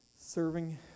serving